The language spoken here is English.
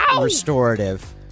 restorative